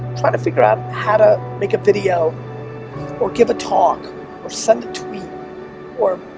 trying to figure out how to make a video or give a talk or send a tweet or